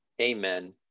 Amen